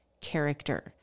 character